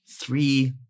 three